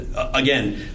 again